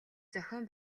зохион